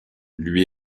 lui